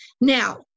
Now